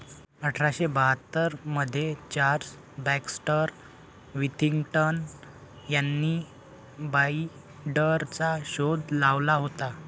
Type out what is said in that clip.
अठरा शे बाहत्तर मध्ये चार्ल्स बॅक्स्टर विथिंग्टन यांनी बाईंडरचा शोध लावला होता